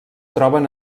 troben